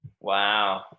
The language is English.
Wow